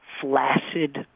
flaccid